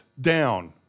down